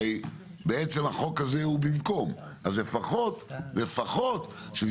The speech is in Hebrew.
הרי בעצם החוק הזה הוא במקום ,אז לפחות לפחות שזה